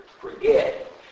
forget